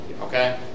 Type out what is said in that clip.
Okay